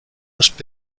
must